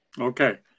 Okay